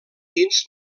dins